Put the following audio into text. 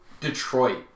Detroit